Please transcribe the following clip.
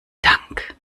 dank